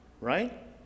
right